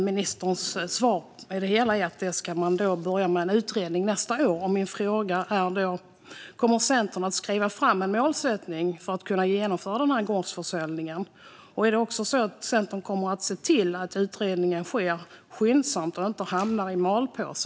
Ministerns svar har varit att man ska påbörja en utredning nästa år. Kommer Centern att skriva fram en målsättning för att kunna införa gårdsförsäljning? Kommer Centern att se till att utredningen sker skyndsamt och inte hamnar i malpåse?